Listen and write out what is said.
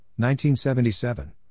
1977